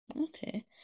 Okay